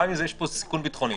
גם אם יש פה סיכון ביטחוני.